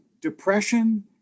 depression